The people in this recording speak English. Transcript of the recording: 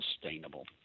sustainable